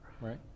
Right